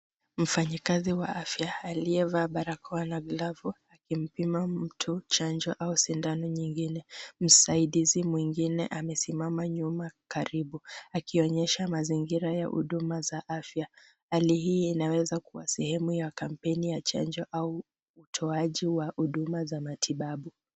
Mfanyakazi wa afya, aliyevaa barakoa la glavu akimpima mtu chanjo au sindano nyingine. Msaidizi mwingine amesimama nyuma karibu, akionyesha mazingira ya huduma za afya. Hali hii inaweza kuwa sehemu ya kampeni ya chanjo au utoaji wa huduma za matibabu.